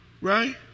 Right